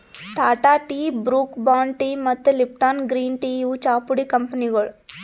Tata tea, Brooke Bond tea ಮತ್ತ್ Lipton green tea ಇವ್ ಚಾಪುಡಿ ಕಂಪನಿಗೊಳ್